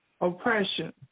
oppression